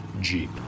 jeep